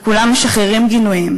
וכולם משחררים גינויים.